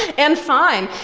and fine.